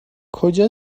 کجا